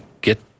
get